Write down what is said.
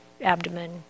abdomen